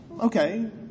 okay